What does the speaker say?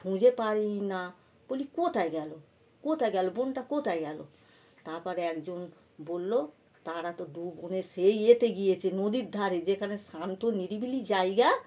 খুঁজে পাই না বলি কোথায় গেল কোথায় গেল বোনটা কোথায় গেল তাপরে একজন বললো তারা তো দু বোনে সেই ইয়েতে গিয়েছে নদীর ধারে যেখানে শান্ত নিরিবিলি জায়গা